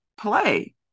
play